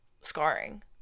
scarring